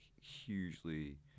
hugely